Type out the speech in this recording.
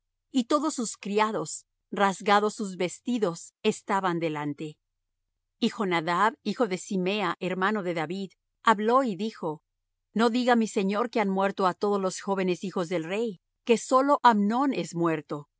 y todos sus criados rasgados sus vestidos estaban delante y jonadab hijo de simea hermano de david habló y dijo no diga mi señor que han muerto á todos los jóvenes hijos del rey que sólo amnón es muerto